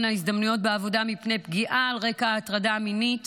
ההזדמנויות בעבודה מפני פגיעה על רקע הטרדה מינית